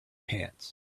pants